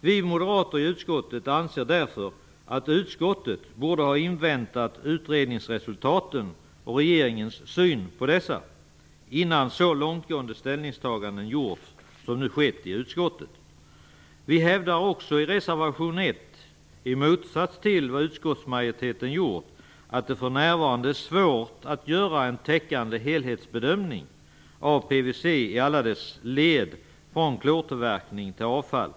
Vi moderater i utskottet anser därför att utskottet borde ha inväntat utredningsresultaten och regeringens syn på dessa innan så långtgående ställningstaganden gjorts som de nu aktuella. Vi hävdar också i reservation 1, i motsats till utskottsmajoriteten, att det för närvarande är svårt att göra en täckande helhetsbedömning av PVC i alla dess led från klortillverkning till avfall.